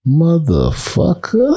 motherfucker